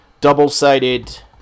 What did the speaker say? double-sided